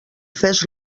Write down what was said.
fes